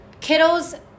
kiddos